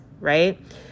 right